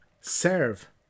serve